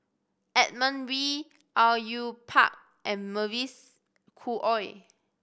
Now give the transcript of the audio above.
Edmund Wee Au Yue Pak and Mavis Khoo Oei